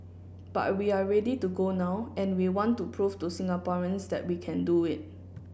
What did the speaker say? but we are ready to go now and we want to prove to Singaporeans that we can do it